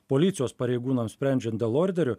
policijos pareigūnams sprendžiant dėl orderių